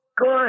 Good